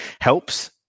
helps